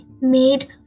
Made